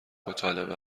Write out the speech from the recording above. مطالبه